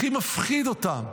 הכי מפחיד אותם,